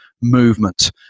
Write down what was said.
movement